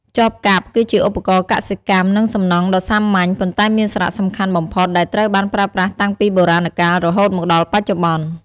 ចបកាប់ គឺជាឧបករណ៍កសិកម្ម និងសំណង់ដ៏សាមញ្ញ ប៉ុន្តែមានសារៈសំខាន់បំផុត ដែលត្រូវបានប្រើប្រាស់តាំងពីបុរាណកាលរហូតមកដល់បច្ចុប្បន្ន។